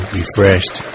refreshed